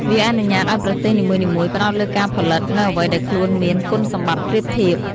វាអនុញ្ញាតឱ្យប្រទេសនីមួយៗផ្តោតលើការផលិត នូវអ្វីដែលខ្លួនមានគុណសម្បត្តិប្រៀបធៀប។